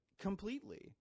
completely